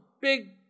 big